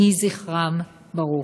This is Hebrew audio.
יהי זכרן ברוך.